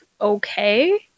okay